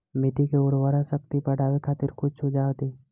मिट्टी के उर्वरा शक्ति बढ़ावे खातिर कुछ सुझाव दी?